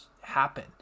happen